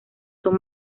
son